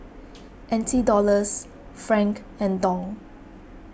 N T Dollars Franc and Dong